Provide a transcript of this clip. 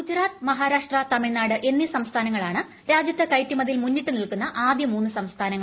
ഗുജറാത്ത് മഹാരാഷ്ട്ര തമിഴ്നാട് എന്ന്യൂീ സംസ്ഥാനങ്ങളാണ് രാജ്യത്ത് കയറ്റുമതിയിൽ മുന്നിട്ട് നിൽക്കുന്ന ആദ്യ മൂന്നു സംസ്ഥാനങ്ങൾ